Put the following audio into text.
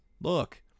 Look